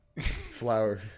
Flower